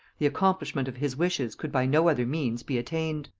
the accomplishment of his wishes could by no other means be attained.